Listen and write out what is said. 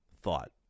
thought